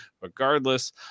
regardless